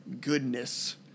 goodness